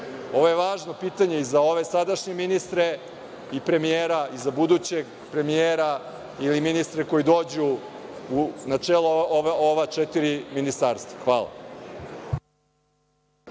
Ovo je važno pitanje i za ove sadašnje ministre i premijera i za budućeg premijera ili ministre koji dođu na čelo ova četiri ministarstva. Hvala.